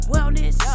Wellness